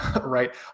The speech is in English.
right